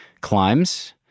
climbs